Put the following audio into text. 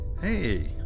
Hey